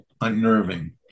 unnerving